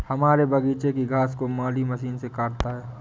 हमारे बगीचे की घास को माली मशीन से काटता है